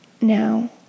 now